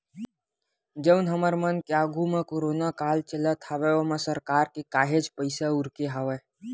जउन हमर मन के आघू म कोरोना काल चलत हवय ओमा सरकार के काहेच पइसा उरके हवय